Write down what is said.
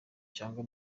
cyangwa